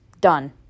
done